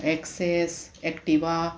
access Activa